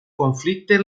conflicte